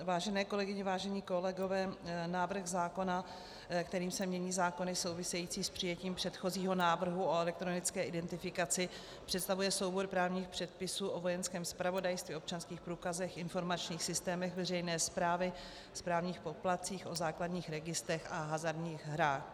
Vážené kolegyně, vážení kolegové, návrh zákona, kterým se mění zákony související s přijetím předchozího návrhu o elektronické identifikaci, představuje soubor právních předpisů o Vojenském zpravodajství, o občanských průkazech, informačních systémech veřejné správy, správních poplatcích, o základních registrech a hazardních hrách.